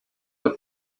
the